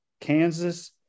Kansas